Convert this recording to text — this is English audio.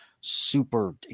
super